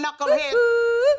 knucklehead